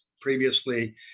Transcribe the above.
previously